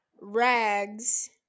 Rags